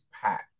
pack